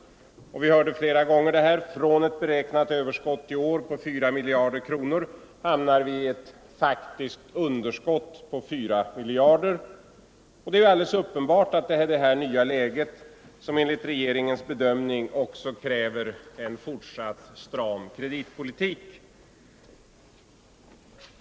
Vi hörde flera gånger detta, att från ett beräknat överskott i år på 4 miljarder kronor hamnar vi i ett faktiskt underskott på 4 miljarder. Alldeles uppenbart är att det i det här nya läget enligt regeringens bedömning krävs en fortsatt stram kreditpolitik.